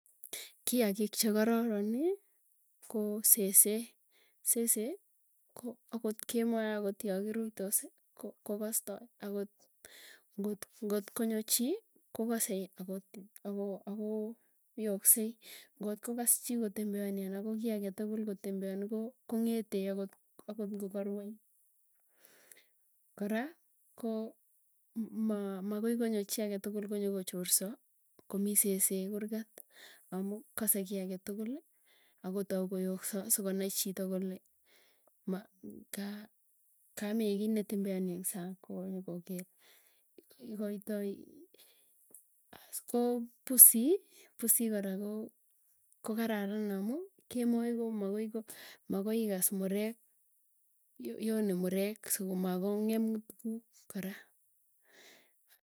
Kiakiik chekaroroni koo sesee, sesee ko akot kemoi akot yokirutos ii ko kogosto akot ngot ngotkonyo chii, kokasei ako ako yoksei ngotkokas chii, kotembeani ana ko kiiy age tukul kotembeani ko kong'ete akot akot ngokaruei koraa, koo ma makoi konyo chi ake tukul konyokochorsa, komii sesee kurgat. Amu kase ki agee tukulii, akotoi koyokso sokonai chito kole ma kaa kamiikiiy netembeani eng sang konyokoker. Igoitoi aas ko pusii, pusii kora koo kokararan amuu, kemoi komakoi ko, makoi ikas murek, yone murek sokomakong'em tuguk kora.